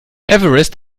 everest